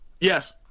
Yes